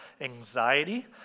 anxiety